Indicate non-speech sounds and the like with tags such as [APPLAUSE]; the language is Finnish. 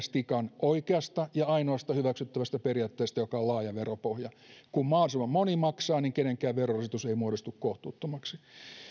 [UNINTELLIGIBLE] s tikan oikeasta ja ainoasta hyväksyttävästä periaatteesta joka on laaja veropohja kun mahdollisimman moni maksaa kenenkään verorasitus ei muodostu kohtuuttomaksi